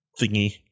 thingy